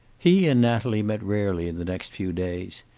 he and natalie met rarely in the next few days.